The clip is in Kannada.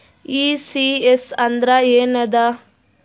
ಈ.ಸಿ.ಎಸ್ ಅಂದ್ರ ಏನದ?